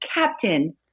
captain